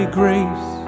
grace